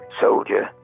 soldier